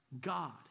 God